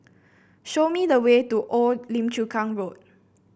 show me the way to Old Lim Chu Kang Road